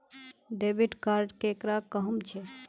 Debit card केकरा कहुम छे?